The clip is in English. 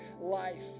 life